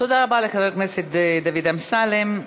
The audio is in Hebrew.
תודה רבה לחבר הכנסת דוד אמסלם.